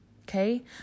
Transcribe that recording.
Okay